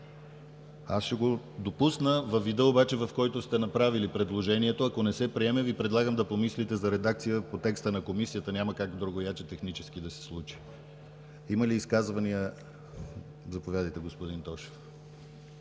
Аз ще го допусна във вида, в който сте направили предложението. Ако не се приеме, Ви предлагам да помислите за редакция по текста на Комисията. Няма как другояче технически да се случи. Има ли изказвания? Заповядайте, Тошев.